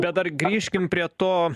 bet dar grįžkim prie to